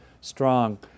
strong